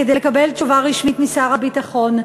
כדי לקבל תשובה רשמית משר הביטחון,